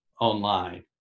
online